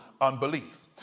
unbelief